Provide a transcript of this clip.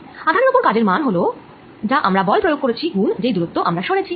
আধানের ওপর করা কাজের মান হল যা বল আমরা প্রয়োগ করেছি গুন জেই দূরত্ব আমরা সরেছি